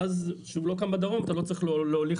ואז כשהוא לא קם בדרום לא צריך להוליך